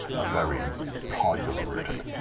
ah very tidily tidily routed,